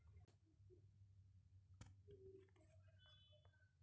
ನಿಮ್ಮಲ್ಲಿ ಖಾತಾ ತೆಗಿಬೇಕಂದ್ರ ಏನೇನ ತರಬೇಕ್ರಿ?